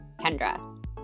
Kendra